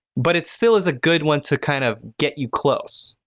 but it still is a good one to, kind of, get you close.